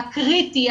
על הקריטי,